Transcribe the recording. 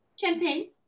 Champagne